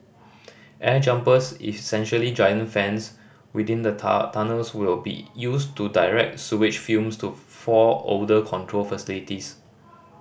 air jumpers essentially giant fans within the tunnels will be used to direct sewage fumes to four odour control facilities